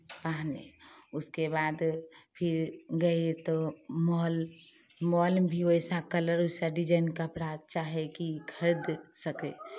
पहने उसके बाद फिर गए तो मॉल मॉल में भी वैसा कलर वैसा डिज़ाइन कपड़ा चाहे कि खरीद सके